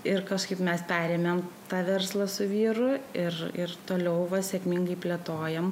ir kažkaip mes perėmėm tą verslą su vyru ir ir toliau va sėkmingai plėtojam